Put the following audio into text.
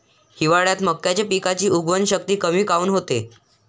हिवाळ्यात मक्याच्या पिकाची उगवन शक्ती कमी काऊन होते?